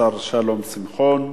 השר שלום שמחון,